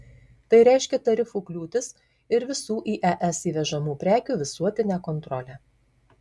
tai reiškia tarifų kliūtis ir visų į es įvežamų prekių visuotinę kontrolę